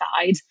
side